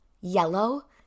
yellow